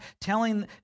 telling